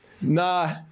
Nah